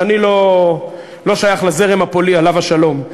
עליו השלום,